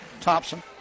Thompson